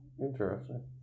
Interesting